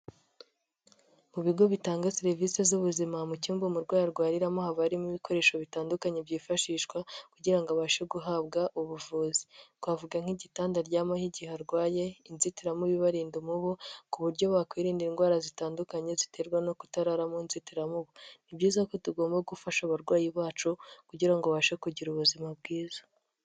Mu bigo bitanga serivisi z'ubuzima mu cyumba umurwayi arwariramo haba harimo ibikoresho bitandukanye byifashishwa kugira abashe guhabwa ubuvuzi, twavuga nk'igitanda aryamaho igihe arwaye, inzitiramubu ibarinda umubu, ku buryo wakwirinda indwara zitandukanye ziterwa no kutarara mu nzitiramubu; ni byiza ko tugomba gufasha abarwayi bacu kugira babashe kugira ubuzima bwiza.